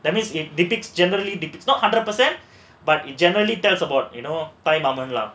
that means it depicts generally did not hundred percent but it generally tells about you know time moment lah